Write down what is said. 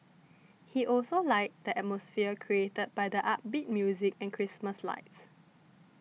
he also liked the atmosphere created by the upbeat music and Christmas lights